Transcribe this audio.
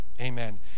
Amen